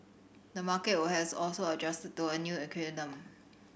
the market will has also adjusted to a new equilibrium